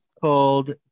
Called